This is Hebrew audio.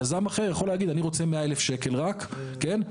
יזם אחר יכול להגיד שהוא רוצה 100,000 שקל, פלוס